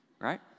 right